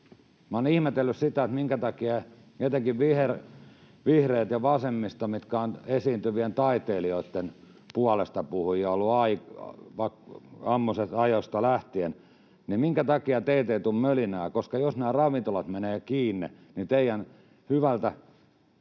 olen ihmetellyt sitä, että kun etenkin vihreät ja vasemmisto ovat esiintyvien taiteilijoitten puolestapuhujia olleet ammoisista ajoista lähtien, niin minkä takia teiltä ei tule mölinää, koska jos nämä ravintolat menevät kiinni, niin teidän hyvältä